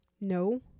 No